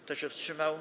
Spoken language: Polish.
Kto się wstrzymał?